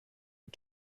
are